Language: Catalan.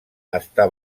està